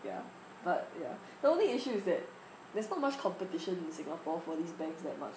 ya but ya the only issue is that there's not much competition in singapore for all these banks that much